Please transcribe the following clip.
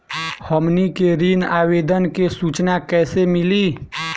हमनी के ऋण आवेदन के सूचना कैसे मिली?